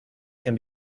can